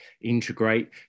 integrate